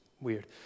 weird